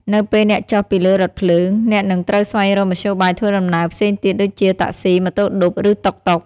នៅពេលអ្នកចុះពីលើរថភ្លើង អ្នកនឹងត្រូវស្វែងរកមធ្យោបាយធ្វើដំណើរផ្សេងទៀត ដូចជា តាក់ស៊ី ម៉ូតូឌុប ឬតុកតុក។